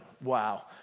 wow